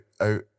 out